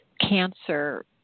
cancer